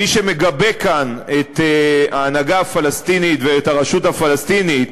מי שמגבה כאן את ההנהגה הפלסטינית ואת הרשות הפלסטינית,